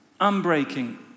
unbreaking